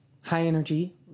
high-energy